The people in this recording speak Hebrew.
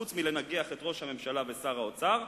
חוץ מלנגח את ראש הממשלה ושר האוצר,